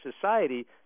society